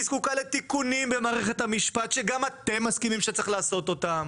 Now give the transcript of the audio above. היא זקוקה לתיקונים במערכת המשפט שגם אתם מסכימים שצריך לעשות אותם.